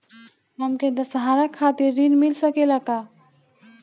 हमके दशहारा खातिर ऋण मिल सकेला का?